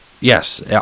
Yes